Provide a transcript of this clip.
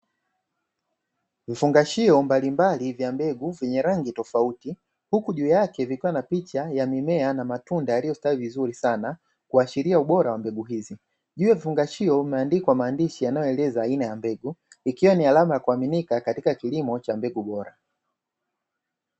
Vifungashio mbalimbali vya mbegu vyenye rangi tofauti huku juu yake kukiwa na picha ya matunda na mimea iliyo stawi vizuri sana kuashiria ubora wa mbegu hizi, juu ya vifungashio vimeandikwa maandishi yanayoeleza aina ya mbegu, ikiwa ni alama ya kuaminika katika mbegu bora.